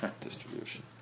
distribution